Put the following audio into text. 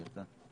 הוא יצא.